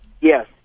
Yes